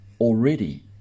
already